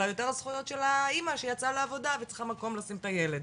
אלא יותר הזכויות של האימא שיצאה לעבודה וצריכה מקום לשים את הילד,